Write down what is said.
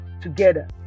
together